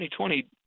2020